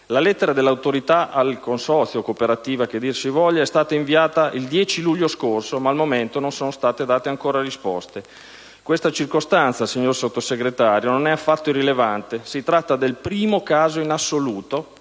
La lettera dell'Autorità al consorzio è stata inviata il 10 luglio scorso, ma al momento non sono state date ancora risposte. Questa circostanza, signor Sottosegretario, non è affatto irrilevante: si tratta del primo caso in assoluto